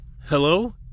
Hello